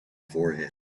forehead